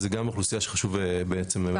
זה גם אוכלוסייה שחשוב בעצם להתייחס לזה.